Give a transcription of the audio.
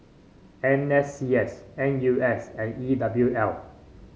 N S C S N U S and E W L